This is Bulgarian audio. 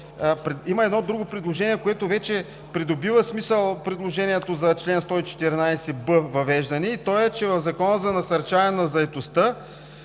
има едно друго предложение, с което вече придобива смисъл предложението за чл. 114б – въвеждане, и то е, че в Закона за насърчаване на заетостта